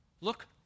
Look